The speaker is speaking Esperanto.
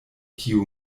kiu